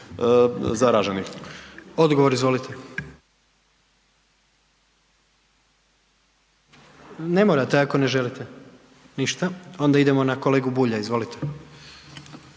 (HDZ)** Odgovor, izvolite. Ne morate ako ne želite. Ništa. Onda idemo na kolegu Bulja, izvolite.